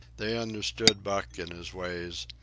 they understood buck and his ways,